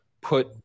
put